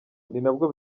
ninabwo